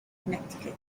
connecticut